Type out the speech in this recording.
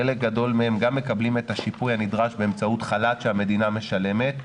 חלק גדול מהם גם מקבלים את השיפוי הנדרש באמצעות חל"ת שהמדינה משלמת.